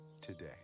today